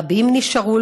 רבים נשארו,